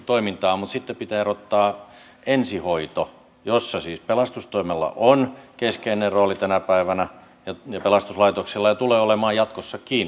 mutta sitten pitää erottaa ensihoito jossa siis pelastustoimella ja pelastuslaitoksella on keskeinen rooli tänä päivänä ja tulee olemaan jatkossakin